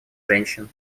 женщин